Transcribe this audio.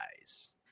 guys